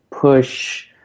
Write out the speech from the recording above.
push